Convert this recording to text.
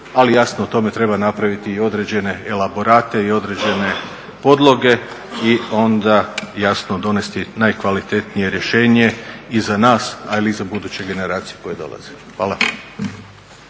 ali jasno o tome treba napraviti i određene elaborate i određene podloge i onda jasno donesti najkvalitetnije rješenje i za nas ali i za buduće generacije koje dolaze. Hvala.